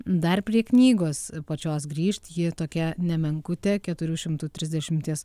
dar prie knygos pačios grįžt ji tokia nemenkutė keturių šimtų trisdešimties